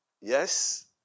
Yes